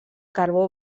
carbó